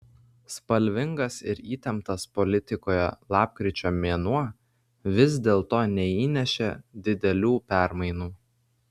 spalvingas ir įtemptas politikoje lapkričio mėnuo vis dėlto neįnešė didelių permainų